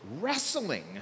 wrestling